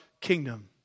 kingdom